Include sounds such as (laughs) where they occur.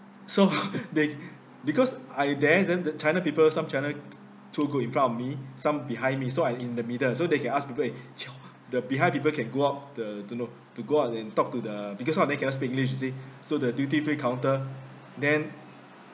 so (laughs) they because I was there then the china people some china tai~~ tour group in front of me some behind me so I was in the middle so they can ask people eh chiong ah the behind people can go up the don't know to go up and talk to the because some of them cannot speak english you see so the duty free counter then